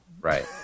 Right